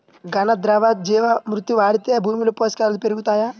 ఘన, ద్రవ జీవా మృతి వాడితే భూమిలో పోషకాలు పెరుగుతాయా?